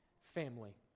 Family